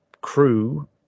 crew